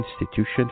institution